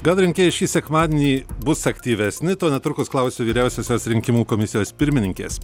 gal rinkėjai šį sekmadienį bus aktyvesni tuo netrukus klausiu vyriausiosios rinkimų komisijos pirmininkės